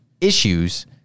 issues